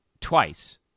twice